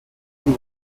can